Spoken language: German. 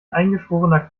eingeschworener